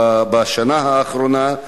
בשנה האחרונה,